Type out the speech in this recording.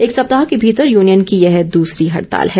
एक सप्ताह के भीतर यूनियन की यह दूसरी हड़ताल है